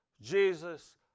Jesus